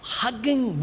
hugging